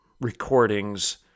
recordings